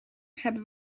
hebben